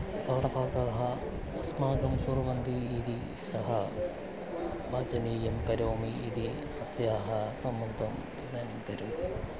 कारणतः ततः अस्माकं कुर्वन्ति इति सः वाचनीयं करोमि इति अस्याः सम्बद्धम् इदानीं करोति